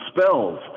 spells